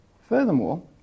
Furthermore